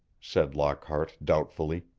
said lockhart doubtfully,